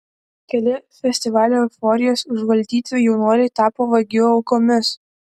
keli festivalio euforijos užvaldyti jaunuoliai tapo vagių aukomis